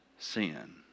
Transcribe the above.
sin